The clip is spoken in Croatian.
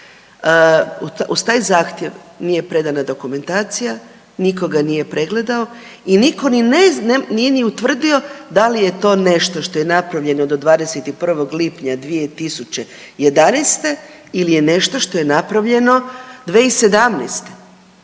uz taj zahtjev nije predana dokumentacija, nikoga nije ni pregledao i niko nije ni utvrdio da li je to nešto što je napravljeno do 21. lipnja 2011. ili je nešto što je napravljeno 2017.